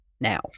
now